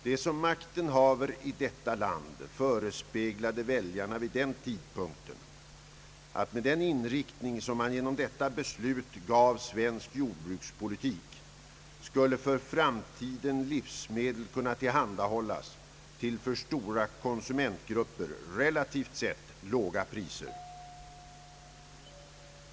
De som makten haver i detta land förespeglade väljarna vid den tidpunkten, att med den inriktning som man genom detta beslut gav svensk jordbrukspolitik, skulle för framtiden livsmedel kunna tillhandahållas till för stora konsumentgrupper relativt sett låga priser.